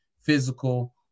physical